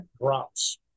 drops